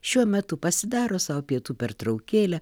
šiuo metu pasidaro sau pietų pertraukėlę